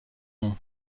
nom